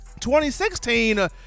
2016